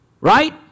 Right